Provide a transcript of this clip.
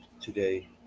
today